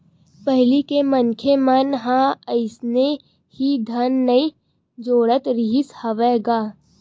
पहिली के मनखे मन ह अइसने ही धन नइ जोरत रिहिस हवय गा